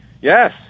Yes